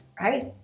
right